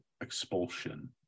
expulsion